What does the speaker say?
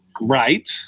right